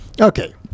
Okay